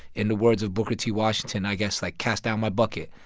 in the words of booker t. washington, i guess, like, cast down my bucket.